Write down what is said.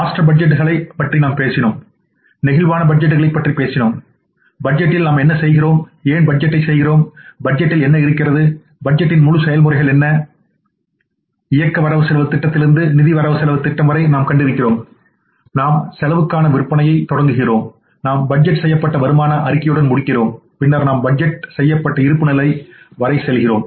master பட்ஜெட்டுகளைப் பற்றி நாம் பேசினோம் நெகிழ்வான பட்ஜெட்டுகளைப் பற்றி பேசினோம் பட்ஜெட்டில் நாம் என்ன செய்கிறோம் ஏன் பட்ஜெட்டைச் செய்கிறோம் பட்ஜெட்டில் என்ன இருக்கிறது பட்ஜெட்டின் முழு செயல்முறை என்ன இயக்க வரவுசெலவுத் திட்டத்திலிருந்து நிதி வரவுசெலவுத் திட்டம் வரை நாம் கண்டிருக்கிறோம் நாம் செலவுக்கான விற்பனையில் தொடங்குகிறோம் நாம் பட்ஜெட் செய்யப்பட்ட வருமான அறிக்கையுடன் முடிக்கிறோம் பின்னர் நாம் பட்ஜெட் செய்யப்பட்ட இருப்புநிலை வரை செல்கிறோம்